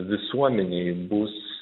visuomenei bus